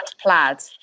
plaid